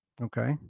okay